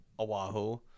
Oahu